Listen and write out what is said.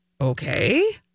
okay